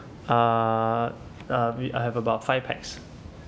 uh uh we I have about five pax